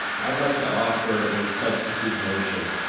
i'd like to offer a substitute motion.